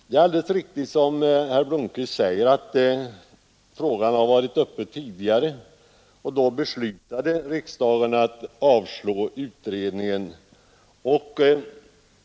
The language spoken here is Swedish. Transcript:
Det är alldeles riktigt som herr Blomkvist säger att frågan har varit uppe tidigare, och då beslutade riksdagen att avslå kravet på en utredning.